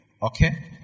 Okay